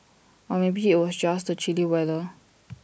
or maybe IT was just the chilly weather